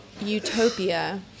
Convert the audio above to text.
utopia